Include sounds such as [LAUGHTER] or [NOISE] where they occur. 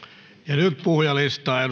ja nyt puhujalistaan [UNINTELLIGIBLE]